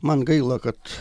man gaila kad